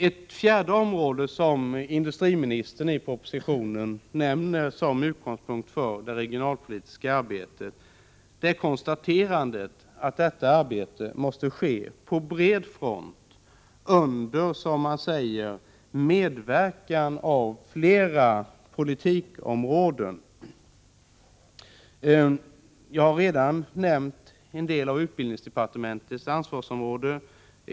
Ett fjärde område kommer man in på genom att industriministern i propositionen nämner, som utgångspunkt för det regionalpolitiska arbetet, att detta arbete måste ske på bred front och, som han säger, under medverkan av flera politikområden. Jag har redan nämnt en del av utbildningsdepartementets ansvarsområde.